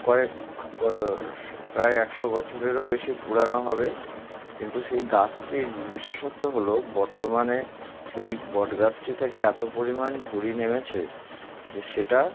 কয়েক প্রায় একশো বছরেরও বেশি পুরানো হবে কিন্তু সেই গাছটির বিশেষত্ব হল বর্তমানে সেই বটগাছটি থেকে এত পরিমাণ ঝুরি নেমেছে যে সেটা